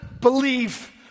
believe